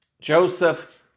Joseph